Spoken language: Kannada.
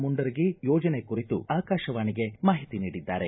ಮುಂಡರಗಿ ಯೋಜನೆ ಕುರಿತು ಆಕಾಶವಾಣಿಗೆ ಮಾಹಿತಿ ನೀಡಿದ್ದಾರೆ